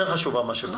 יותר חשובה מאשר פה?